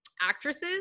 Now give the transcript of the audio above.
actresses